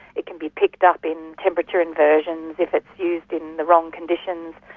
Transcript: it can be picked up in temperature inversions if it's used in the wrong conditions,